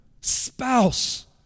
spouse